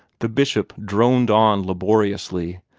the bishop droned on laboriously,